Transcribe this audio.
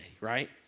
right